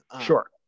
Sure